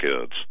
kids